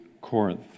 Corinth